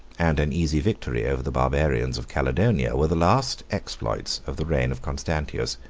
and an easy victory over the barbarians of caledonia, were the last exploits of the reign of constantius.